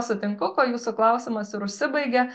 sutinku kuo jūsų klausimas ir užsibaigia